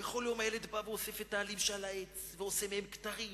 וכל יום הילד היה בא ואוסף את העלים של העץ ועושה מהם כתרים